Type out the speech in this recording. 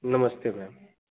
नमस्ते मैम